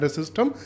system